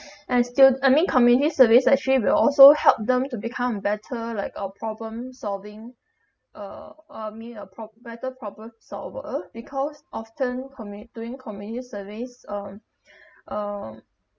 instil I mean community service actually will also help them to become better like a problem solving uh uh I mean a pro~ better problem solver because often commu~ doing community service um um